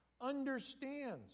understands